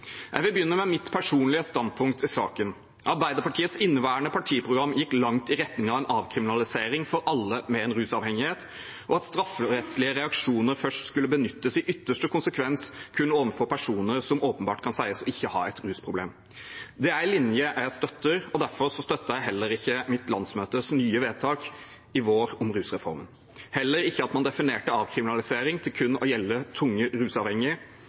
Jeg vil begynne med mitt personlige standpunkt i saken. Arbeiderpartiets inneværende partiprogram gikk langt i retning av en avkriminalisering for alle med en rusavhengighet og at strafferettslige reaksjoner først skulle benyttes i ytterste konsekvens kun overfor personer som åpenbart kan sies å ikke ha et rusproblem. Det er en linje jeg støtter, og derfor støtter jeg ikke mitt landsmøtes nye vedtak i vår om rusreformen – heller ikke at man definerte avkriminalisering til kun å gjelde «tunge» rusavhengige.